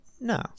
No